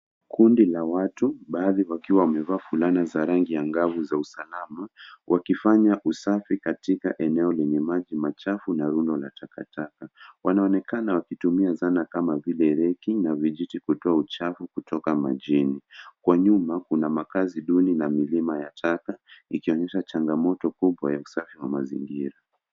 Kundi la watu, baadhi wakiwa wamevaa fulana za rangi angavu za usalama wakifanya usafi katika eneo lenye maji machafu na rundo la takataka. Wanaonekana wakitumia zana kama vile reki na vijiti kutoa uchafu kutoka majini. Kwa nyuma kuna makazi duni na milima ya taka ikionyesha changamoto kubwa ya usafi wa mazingira.